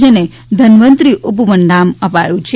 જેને ધન્વંતરિ ઉપવન નામ અપાયું છે